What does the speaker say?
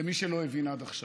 למי שלא הבין עד עכשיו.